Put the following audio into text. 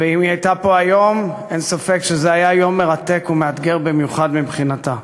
ואם היא הייתה פה היום אין ספק שזה היה יום מרתק ומאתגר במיוחד מבחינתה.